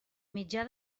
mitjà